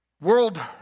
world